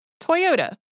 Toyota